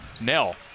Nell